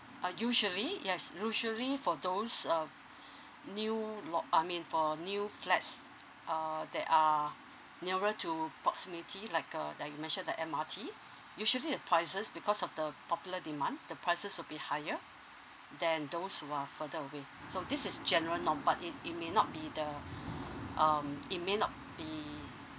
uh usually yes usually for those uh f~ new lot I mean for new flats uh that are nearer to proximity like uh like you mentioned the M_R_T usually the prices because of the popular demand the prices will be higher than those who are further away so this is general norm but it it may not be the um it may not be